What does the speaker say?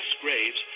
graves